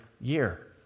year